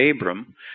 Abram